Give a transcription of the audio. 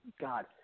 God